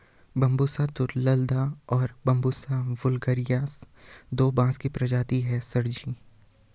Bambusa तुलदा और Bambusa vulgaris दो बांस की प्रजातियां हैं सर जी